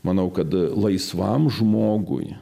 manau kad laisvam žmogui